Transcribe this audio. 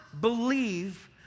believe